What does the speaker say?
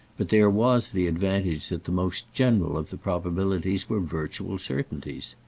but there was the advantage that the most general of the probabilities were virtual certainties.